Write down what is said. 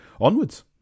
onwards